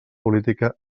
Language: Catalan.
política